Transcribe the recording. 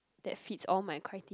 that fits all my criter~